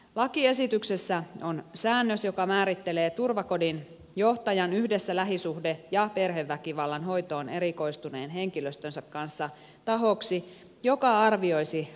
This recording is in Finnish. lakiesityksessä on säännös joka määrittelee turvakodin johtajan yhdessä lähisuhde ja perheväkivallan hoitoon erikoistuneen henkilöstönsä kanssa tahoksi joka arvioisi asiakkaan tilanteen